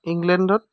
ইংলেণ্ডত